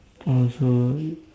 oh so